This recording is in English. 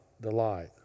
delight